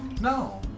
no